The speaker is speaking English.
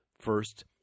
first